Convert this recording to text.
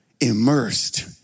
immersed